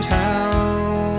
town